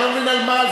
אני לא מבין על מה,